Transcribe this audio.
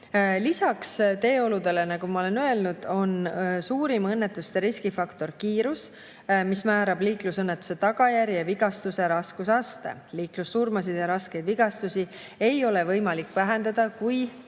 Lisaks teeoludele on, nagu ma olen öelnud, suurim õnnetuste riskifaktor kiirus, sest see määrab liiklusõnnetuse tagajärje ja vigastuse raskusastme. Liiklussurmasid ja raskeid vigastusi ei ole võimalik vähendada, kui